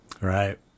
right